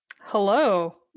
Hello